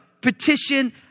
petition